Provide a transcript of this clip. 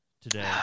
today